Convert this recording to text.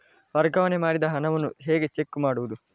ವರ್ಗಾವಣೆ ಮಾಡಿದ ಹಣವನ್ನು ಹೇಗೆ ಚೆಕ್ ಮಾಡುವುದು?